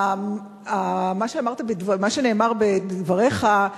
מה שנאמר בדבריך,